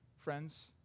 Friends